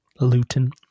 Luton